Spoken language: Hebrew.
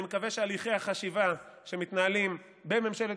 אני מקווה שהליכי החשיבה שמתנהלים בממשלת